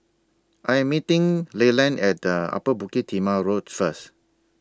I Am meeting Leland At Upper Bukit Timah Road First